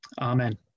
Amen